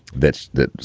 that's that.